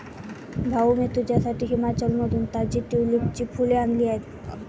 भाऊ, मी तुझ्यासाठी हिमाचलमधून ताजी ट्यूलिपची फुले आणली आहेत